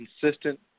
consistent